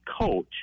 coach